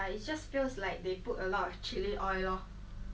mm true !wah! 等一下我们吃什么 ah